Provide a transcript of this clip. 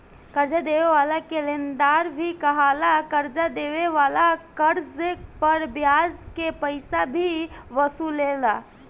कर्जा देवे वाला के लेनदार भी कहाला, कर्जा देवे वाला कर्ज पर ब्याज के पइसा भी वसूलेला